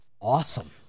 awesome